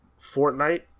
Fortnite